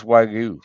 Wagyu